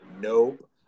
nope